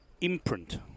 imprint